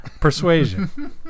Persuasion